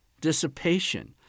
dissipation